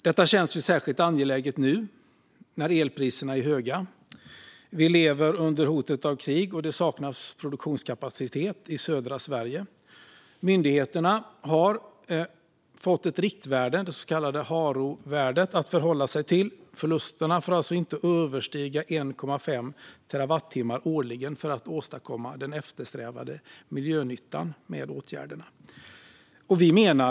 Detta känns särskilt angeläget nu när elpriserna är höga, vi lever under hotet om krig och det saknas produktionskapacitet i södra Sverige. Myndigheterna har fått ett riktvärde, det så kallade HARO-värdet, att förhålla sig till. Förlusterna får alltså inte överstiga 1,5 terawattimmar årligen för att åstadkomma den eftersträvade miljönyttan med åtgärderna.